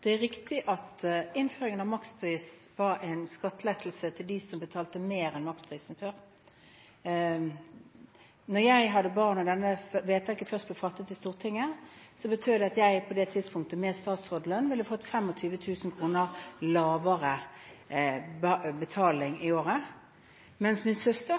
Det er riktig at innføringen av makspris var en skattelettelse til dem som betalte mer enn maksprisen før. Da jeg hadde små barn og dette vedtaket først ble fattet i Stortinget, betød det at jeg på det tidspunktet – med statsrådslønn – ville fått 25 000 kr lavere kostnader i året, mens min søster,